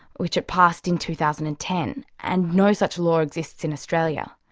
which it passed in two thousand and ten, and no such law exists in australia.